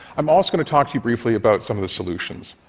i'm also going to talk to you briefly about some of the solutions.